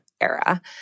era